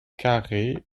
carré